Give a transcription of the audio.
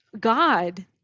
God